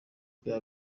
kwiha